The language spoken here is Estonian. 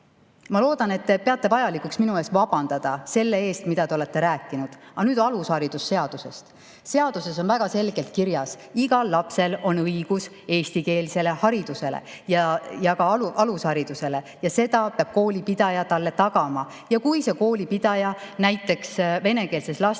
Ma loodan, et te peate vajalikuks minu ees vabandada selle eest, mida te olete rääkinud. Aga nüüd alushariduse seadusest. Seaduses on väga selgelt kirjas: igal lapsel on õigus eestikeelsele haridusele, ka alusharidusele, ja seda peab kooli pidaja talle tagama. Ja kui see kooli pidaja näiteks venekeelses lasteaias